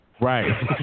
Right